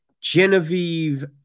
Genevieve